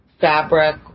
fabric